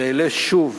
שלא אעלה שוב